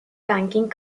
banking